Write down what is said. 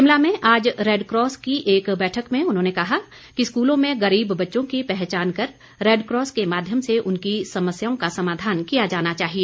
शिमला में आज रैडक्रॉस की एक बैठक में उन्होंने कहा कि स्कूलों में गरीब बच्चों की पहचान कर रैडक्रॉस के माध्यम से उनकी समस्याओं का समाधान किया जाना चाहिए